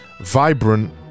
vibrant